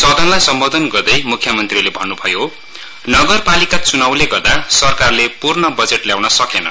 सदनलाई सम्बोधन गर्दै मुख्यमन्त्रीले भन्न्भयो नगरपालिका च्नाउले गर्दा सरकारले पूर्ण बजेट ल्याउन सकेन